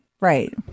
Right